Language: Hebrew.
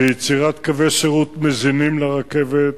זה יצירת קווי שירות מזינים לרכבת,